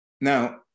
Now